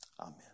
Amen